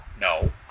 No